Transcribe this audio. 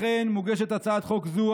לכן מוגשת הצעת חוק זו,